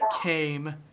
came